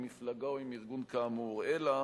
עם מפלגה או ארגון כאמור" אלא